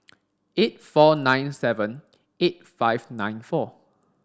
eight four nine seven eight five nine four